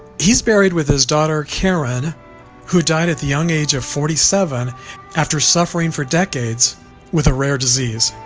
he's buried with his daughter karen who died at the young age of forty seven after suffering for decades with a rare disease